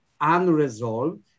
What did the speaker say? unresolved